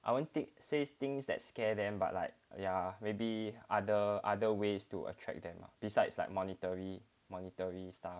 I won't take says things that scare them but like ya maybe other other ways to attract them besides like monetary monetary stuff